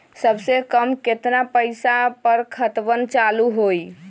सबसे कम केतना पईसा पर खतवन चालु होई?